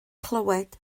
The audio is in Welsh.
clywed